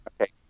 Okay